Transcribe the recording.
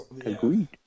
Agreed